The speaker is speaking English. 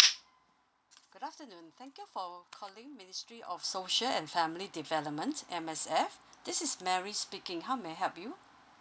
good afternoon thank you for calling ministry of social and family development M_S_F this is mary speaking how may I help you